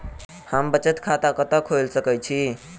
हम बचत खाता कतऽ खोलि सकै छी?